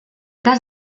cas